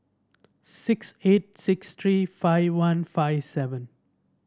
six eight six three five one five seven